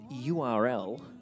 URL